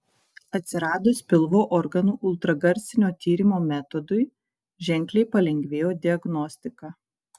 atsiradus pilvo organų ultragarsinio tyrimo metodui ženkliai palengvėjo diagnostika